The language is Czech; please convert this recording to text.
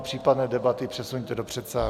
Případné debaty přesuňte do předsálí.